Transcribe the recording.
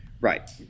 Right